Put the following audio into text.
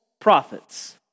prophets